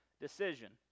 decision